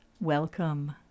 Welcome